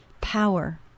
Power